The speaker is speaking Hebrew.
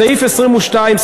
סעיף 22(ב)